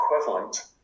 equivalent